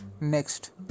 next